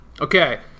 Okay